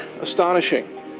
astonishing